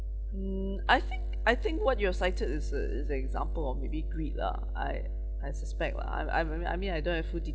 mm I think I think what you have cited is uh is an example of maybe greed lah I I suspect lah I I've I mean I don't have full